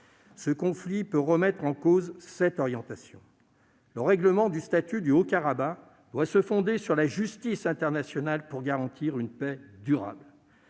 Ce conflit peut remettre en cause cette orientation. Le règlement du statut du Haut-Karabagh doit se fonder sur la justice internationale pour garantir une paix durable.